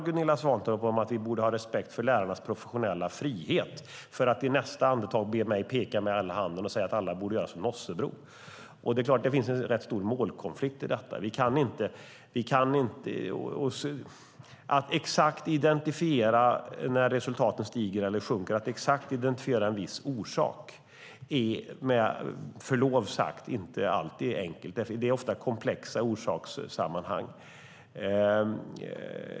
Gunilla Svantorp talar om att vi borde ha respekt för lärarnas professionella frihet, för att i nästa andetag be mig peka med hela handen och säga att alla borde göra som Nossebro. Det är klart att det finns en rätt stor målkonflikt i detta. Att exakt identifiera när resultaten stiger eller sjunker och att exakt identifiera en viss orsak är med förlov sagt inte alltid enkelt. Det är ofta komplexa orsakssammanhang.